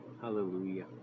Hallelujah